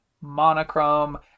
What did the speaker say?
monochrome